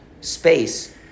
space